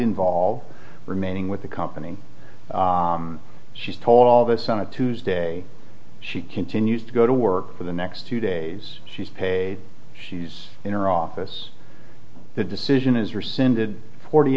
involve remaining with the company she's told all of us on a tuesday she continues to go to work for the next two days she's paid she's in her office the decision is rescinded forty